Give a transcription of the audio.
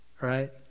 right